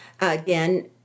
Again